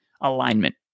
alignment